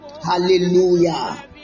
Hallelujah